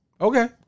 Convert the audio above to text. Okay